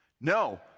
No